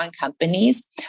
companies